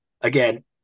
again